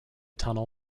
tunnel